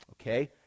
Okay